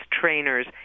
trainers